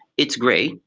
it's great,